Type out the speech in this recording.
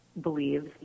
believes